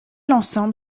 ensemble